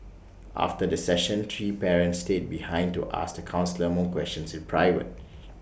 after the session three parents stayed behind to ask the counsellor more questions in private